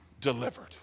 delivered